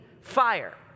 fire